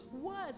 words